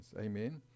Amen